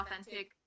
authentic